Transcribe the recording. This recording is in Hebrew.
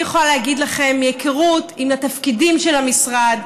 אני יכולה להגיד לכם מהיכרות עם התפקידים של המשרד,